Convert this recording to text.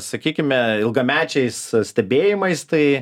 sakykime ilgamečiais stebėjimais tai